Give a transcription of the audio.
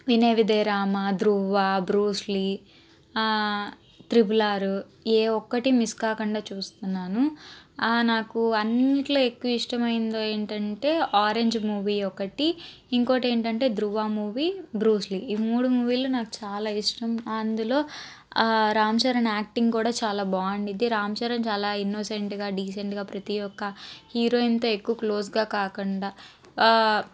వినయ Vidheya Rama Dhruva Bruce Lee triple R ఏ ఒక్కటి మిస్ కాకుండా చూస్తున్నాను నాకు అన్నిట్లో ఎక్కువ ఇష్టమైందో ఏంటంటే ఆరెంజ్ మూవీ ఒకటి ఇంకోటి ఏంటంటే ధ్రువ మూవీ బ్రూస్లీ ఈ మూడు మూవీలు నాకు చాలా ఇష్టం అందులో రామ్ చరణ్ యాక్టింగ్ కూడా చాలా బాగా ఉండిద్ది రామ్ చరణ్ చాలా ఇన్నోసెంట్గా డీసెంట్గా ప్రతి ఒక్క హీరోయిన్తో ఎక్కువ క్లోజ్గా కాకుండా